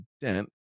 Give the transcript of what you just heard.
dent